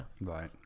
Right